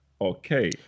Okay